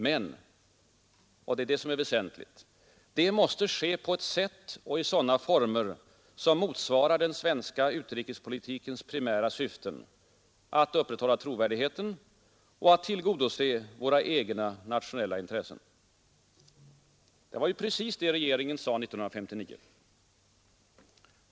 Men — och detta är väsentligt — det måste ske på ett sätt och i sådana former som motsvarar den svenska utrikespolitikens primära syften: att upprätthålla trovärdigheten och att tillgodose våra egna nationella intressen, Det var precis det som regeringen sade 1959.